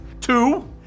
Two